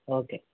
okay